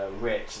Rich